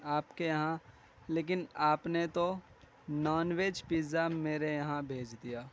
آپ کے یہاں لیکن آپ نے تو نان ویج پزا میرے یہاں بھیج دیا